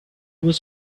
was